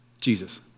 Jesus